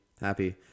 Happy